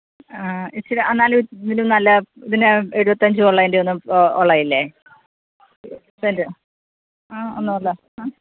ഇച്ചരെ എന്നാലും ഇതിലും നല്ല ഇതിന് എഴുപത്തഞ്ച് ഉള്ളതിന്റെ ഒന്നും ഉള്ളതില്ലെ സെന്റ് ആ ഒന്നുമില്ല ആ